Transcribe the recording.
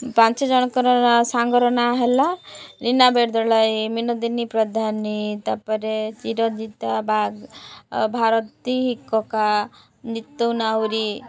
ପାଞ୍ଚ ଜଣଙ୍କର ସାଙ୍ଗର ନାଁ ହେଲା ନିନା ବେର୍ଦଳାଇ ମିନଦିନୀ ପ୍ରଧାନୀ ତାପରେ ଚିରଜିତା ବାଗ ଭାରତୀ ହିକକା ନିତୁ ନାଉରୀ